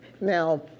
now